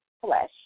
flesh